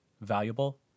valuable